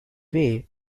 way